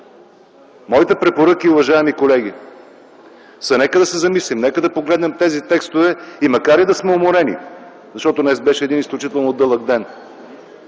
Моите препоръки, уважаеми колеги, са: нека да се замислим, нека погледнем тези текстове и макар да сме уморени, защото днес беше един изключително дълъг ден,